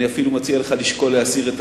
אני אפילו מציע לך לשקול להסיר את